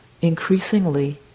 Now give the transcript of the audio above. increasingly